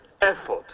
effort